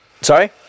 sorry